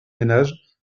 ménages